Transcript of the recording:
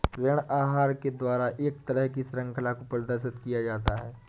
ऋण आहार के द्वारा एक तरह की शृंखला को प्रदर्शित किया जाता है